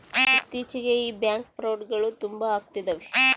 ಇತ್ತೀಚಿಗೆ ಈ ಬ್ಯಾಂಕ್ ಫ್ರೌಡ್ಗಳು ತುಂಬಾ ಅಗ್ತಿದವೆ